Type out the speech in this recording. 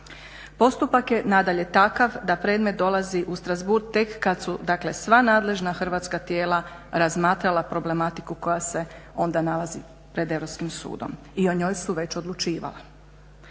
Postupak je nadalje takav da predmet dolazi u Strasbourg tek kad su dakle sva nadležna hrvatska tijela razmatrala problematiku koja se onda nalazi pred Europskim sudom i o njoj su već odlučivala.